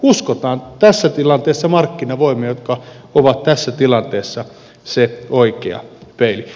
uskotaan tässä tilanteessa markkinavoimia jotka ovat tässä tilanteessa se oikea peili